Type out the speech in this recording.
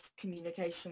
communication